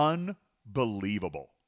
Unbelievable